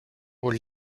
aux